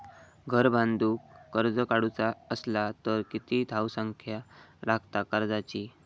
घर बांधूक कर्ज काढूचा असला तर किती धावसंख्या लागता कर्जाची?